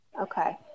okay